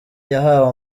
yahawe